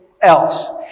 else